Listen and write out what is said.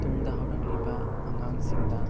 ꯇꯨꯡꯗ ꯍꯧꯔꯛꯂꯤꯕ ꯑꯉꯥꯡꯁꯤꯡꯗ